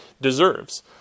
deserves